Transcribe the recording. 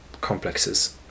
complexes